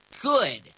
good